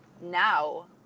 now